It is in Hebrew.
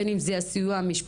בין אם זה הסיוע המשפטי,